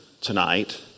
tonight